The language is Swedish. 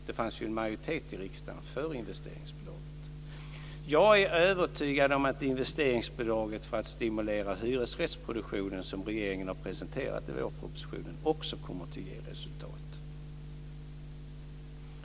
Det fanns ju en majoritet i riksdagen för investeringsbidraget. Jag är övertygad om att investeringsbidraget för att stimulera hyresrättsproduktionen, som regeringen har presenterat i vårpropositionen, också kommer att ge resultat.